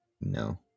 no